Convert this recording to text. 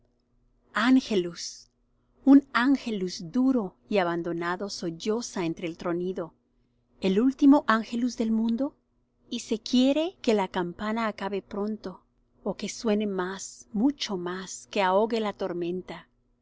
i un i angelus i duro y abandonado solloza entre el tronido el último i angelus i del mundo y se quiere que la campana acabe pronto ó que suene más mucho más que ahogue la tormenta